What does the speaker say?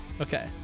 Okay